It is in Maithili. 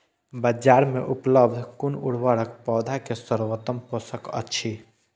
बाजार में उपलब्ध कुन उर्वरक पौधा के सर्वोत्तम पोषक अछि?